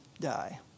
die